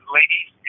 ladies